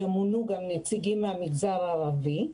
ימונו גם נציגים מהמגזר הערבי.